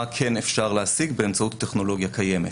מה כן אפשר להשיג באמצעות טכנולוגיה קיימת.